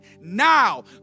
now